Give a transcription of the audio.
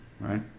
right